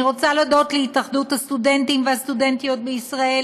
אני רוצה להודות להתאחדות הסטודנטים והסטודנטיות בישראל,